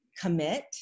commit